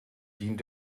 dient